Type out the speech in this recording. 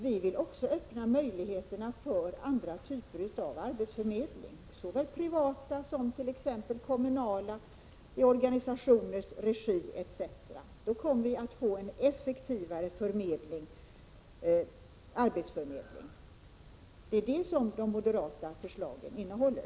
Vi vill öppna möjligheterna för andra typer av arbetsförmedling — arbetsförmedlingar i privat regi, i kommunal regi, i organisationers regi, etc. Då kommer vi att få en effektivare arbetsförmedling. Det är detta som de moderata förslagen innehåller.